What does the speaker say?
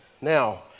Now